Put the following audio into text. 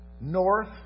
north